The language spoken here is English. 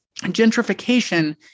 gentrification